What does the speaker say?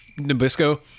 Nabisco